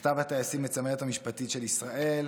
מכתב הטייסים לצמרת המשפטית של ישראל,